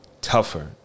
tougher